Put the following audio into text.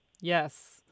yes